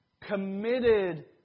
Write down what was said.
Committed